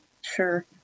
sure